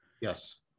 Yes